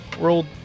World